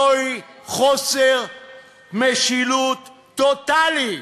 זהו חוסר משילות טוטלי.